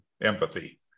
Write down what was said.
empathy